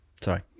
sorry